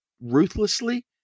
ruthlessly